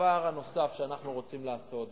הדבר הנוסף שאנחנו צריכים לעשות,